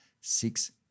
six